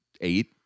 eight